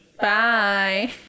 Bye